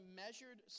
measured